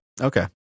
Okay